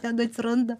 ten atsiranda